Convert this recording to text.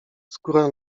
skóra